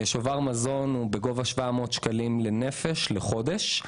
השובר בגובה 700 שקלים לנפש לחודש.